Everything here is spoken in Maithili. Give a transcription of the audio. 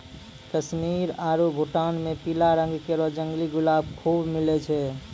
कश्मीर आरु भूटान म पीला रंग केरो जंगली गुलाब खूब मिलै छै